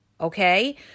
Okay